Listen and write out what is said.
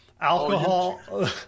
alcohol